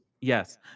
Yes